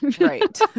Right